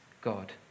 God